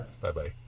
Bye-bye